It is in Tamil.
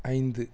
ஐந்து